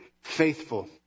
faithful